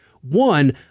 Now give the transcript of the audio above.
One